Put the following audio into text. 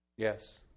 Yes